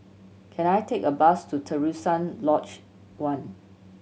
can I take a bus to Terusan Lodge One